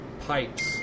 pipes